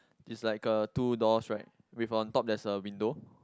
is like a two doors right with on top there's a window